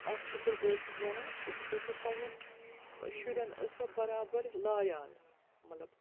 اَکھ پِتٕر بٲیِس سٕنٛز زَنان تِم سۄ چھےٚ پَنٛنٮ۪ن شُرٮ۪ن ٲس سۄ بَرابَر لایان مطلب